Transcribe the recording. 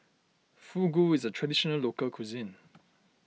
Fugu is a Traditional Local Cuisine